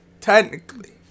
Technically